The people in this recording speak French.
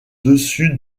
dessus